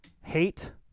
hate